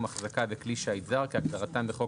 "החזקה" ו-"כלי שיט זר" כהגדרתם בחוק